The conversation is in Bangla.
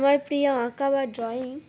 আমার প্রিয় আঁকা বা ড্রয়িং